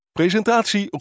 presentatie